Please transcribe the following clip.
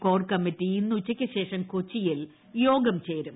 core committee ഇന്ന് ഉച്ചയ്ക്കുശേഷം കൊച്ചിയിൽ യോഗം ചേരും